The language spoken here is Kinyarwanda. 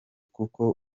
kuko